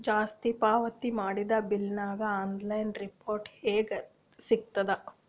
ಜಾಸ್ತಿ ಪಾವತಿ ಮಾಡಿದ ಬಿಲ್ ಗ ಆನ್ ಲೈನ್ ರಿಫಂಡ ಹೇಂಗ ಸಿಗತದ?